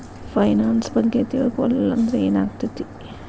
Finance ಬಗ್ಗೆ ತಿಳ್ಕೊಳಿಲ್ಲಂದ್ರ ಏನಾಗ್ತೆತಿ?